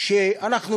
שאנחנו